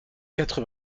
quatre